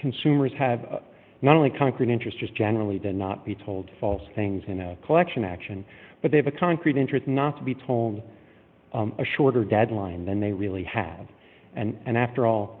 consumers have not only conquered interest just generally the not be told false things in a collection action but they have a concrete interest not to be told a shorter deadline than they really have and after all